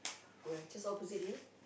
where just opposite here